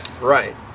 right